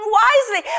wisely